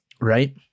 right